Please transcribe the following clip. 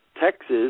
Texas